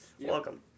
welcome